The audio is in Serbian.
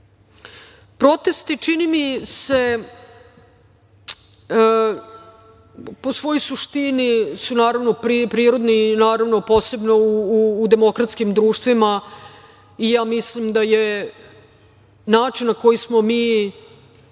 Protesti, čini mi se, po svojoj suštini su prirodni, posebno u demokratskim društvima, i mislim da je način na koji smo mi